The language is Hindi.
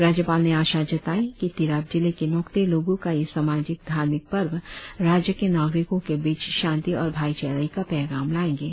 राज्यपाल ने आशा जताई की तिराप जिले के नोक्ते लोगों का यह सामाजिक धार्मिक पर्व राज्य के नागरिकों के बीच शांति और भाईचारे का पैगाम लाएंगे